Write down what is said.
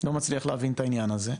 לא מצליח להבין את העניין הזה.